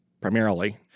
primarily